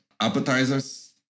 appetizers